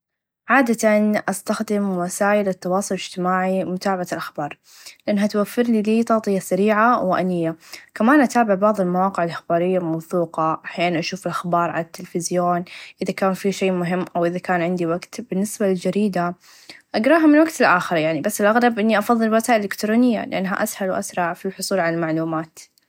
عادتا استخد وسائل التواصل الإچتماعي متابعه الأخبار لأنها توفرلي تغطيه سريعه و أنيه كمان اتابع بعض المواقع الاخباريه الموثوقه احيان اشوف اخبار عالتلفزيون اذا كان في شئ مهم او اذا كان عندي وقت بالنسبه للچريده أقراها من وقت لآخر يعني بس الأغلب إني أفظل وسائل الإكترونيه لإنها أسهل و أسرع في الحصول على المعلومات.